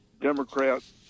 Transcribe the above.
Democrats